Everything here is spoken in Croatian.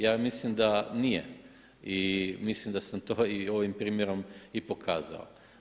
Ja mislim da nije i mislim da sam to i ovim primjerom i pokazao.